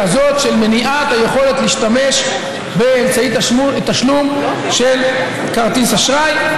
הזו: מניעת היכולת להשתמש באמצעי תשלום של כרטיס אשראי,